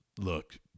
look